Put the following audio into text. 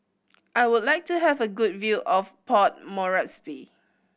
I would like to have a good view of Port Moresby